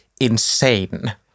insane